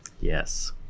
Yes